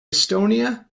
estonia